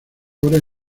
ahora